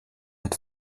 had